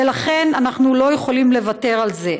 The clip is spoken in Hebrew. ולכן אנחנו לא יכולים לוותר על זה.